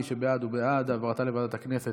מי שבעד הוא בעד העברתה לוועדת הכנסת